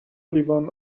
لیوان